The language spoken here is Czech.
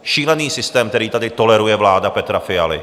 Šílený systém, který tady toleruje vláda Petra Fialy.